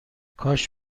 کاش